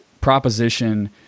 proposition